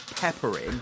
peppering